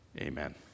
Amen